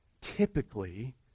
Typically